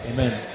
Amen